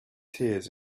tears